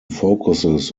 focuses